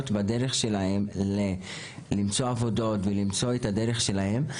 בדרך שלהן למצוא עבודה ולמצוא את הדרך שלהן.